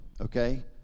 okay